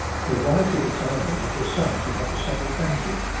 who wisely determined that his son should have the same advantage.